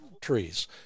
trees